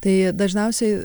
tai dažniausiai